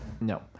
No